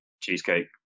cheesecake